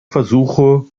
versuche